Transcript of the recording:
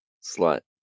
slot